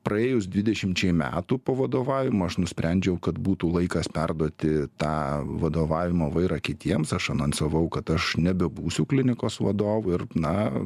praėjus dvidešimčiai metų po vadovavimo aš nusprendžiau kad būtų laikas perduoti tą vadovavimo vairą kitiems aš anonsavau kad aš nebebūsiu klinikos vadovu ir na